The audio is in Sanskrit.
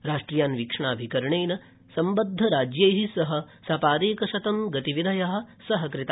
राष्ट्रियान्वीक्षणाभिकरणेन सम्बद्धराज्यै सह सपादेकशतं गतिविधय सहकृता